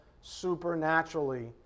supernaturally